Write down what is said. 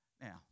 Now